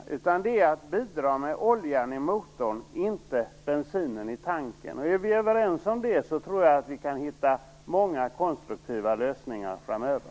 Det är fråga om att bidra med oljan i motorn, inte bensinen i tanken. Är vi överens om det tror jag att vi kan hitta många konstruktiva lösningar framöver.